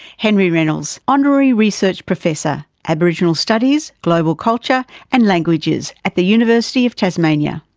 henry reynolds, honorary research professor, aboriginal studies, global culture and languages at the university of tasmania.